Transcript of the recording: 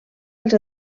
els